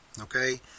okay